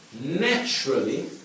naturally